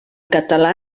català